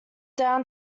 down